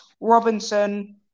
Robinson